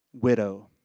Widow